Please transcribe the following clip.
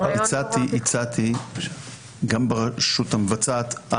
הצעתי ברשות המבצעת,